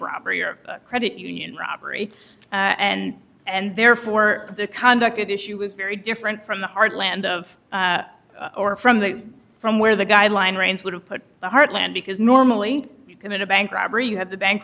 robbery or a credit union robbery and and therefore the conduct at issue was very different from the heartland of or from the from where the guideline range would have put the heartland because normally you commit a bank robbery you have the bank